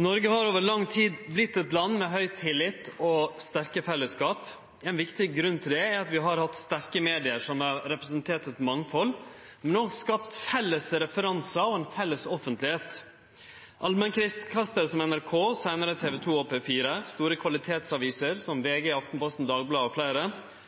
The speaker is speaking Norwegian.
Noreg har over lang tid vorte eit land med høg tillit og sterke fellesskap. Ein viktig grunn til det er at vi har hatt sterke medium som har representert eit mangfald, men òg skapt felles referansar og ei felles offentlegheit. Allmennkringkastarar som NRK, seinare TV 2 og P4, store kvalitetsaviser som VG, Aftenposten, Dagbladet og fleire,